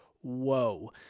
whoa